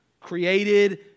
created